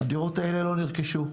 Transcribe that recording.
הדירות האלה לא נרכשו.